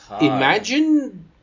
imagine